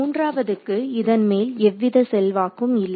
மூன்றாவதுக்கு இதன் மேல் எவ்வித செல்வாக்கும் இல்லை